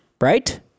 right